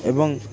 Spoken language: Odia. ଏବଂ